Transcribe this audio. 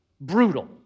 Brutal